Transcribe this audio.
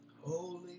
Holy